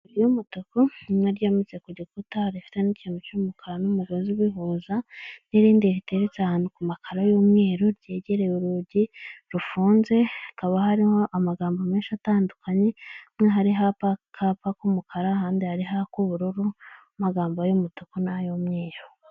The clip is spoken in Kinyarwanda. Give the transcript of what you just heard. Icupa ry'umutuku umwe aryamitse ku gikuta rifite n'icyayi cy'umukara n'umugozi bihuza n'irindi riteretse ahantu ku makara y'umweru ryegereye urugi rufunze hakaba harimo amagambo menshi atandukanye hamwe hari hapakapa k'umukara ahandi hari y'ubururu magambo y'umutuku n'ay'umweru